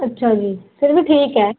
ਅੱਛਾ ਜੀ ਫਿਰ ਵੀ ਠੀਕ ਹੈ